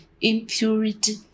impurity